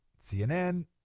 CNN